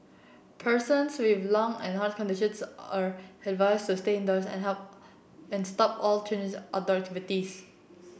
persons with lung and heart conditions are advised to stay indoors and help and stop all outdoor